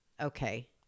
okay